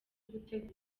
gutegura